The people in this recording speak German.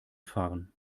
fahren